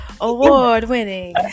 award-winning